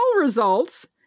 results